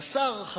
בסופו של דבר